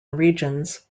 regions